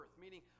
meaning